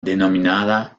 denominada